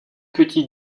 petit